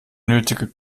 nötige